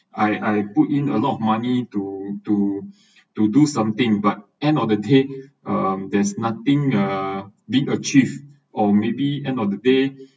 I I put in a lot of money to to to do something but end of the day um there's nothing uh being achieve or maybe end of the day